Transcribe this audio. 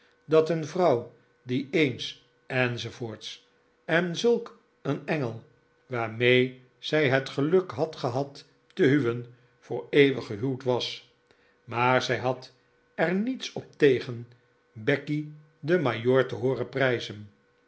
dat een vrouw die eens enz en zulk een engel waarmee zij het geluk had gehad te huwen voor eeuwig gehuwd was maar zij had er niets op tegen becky den majoor te hooren prijzen